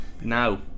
now